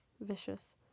vicious